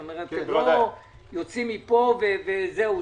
כלומר לא יוצאים מפה וזהו,